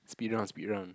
speed round speed round